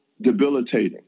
debilitating